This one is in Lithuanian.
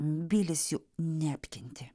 bilis jų neapkentė